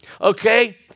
Okay